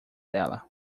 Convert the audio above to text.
dela